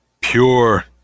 pure